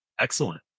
Excellent